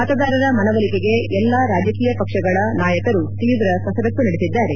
ಮತದಾರರ ಮನವೊಲಿಕೆಗೆ ಎಲ್ಲ ರಾಜಕೀಯ ಪಕ್ಷಗಳ ನಾಯಕರು ತೀವ್ರ ಕಸರತ್ತು ನಡೆಸಿದ್ದಾರೆ